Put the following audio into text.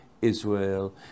Israel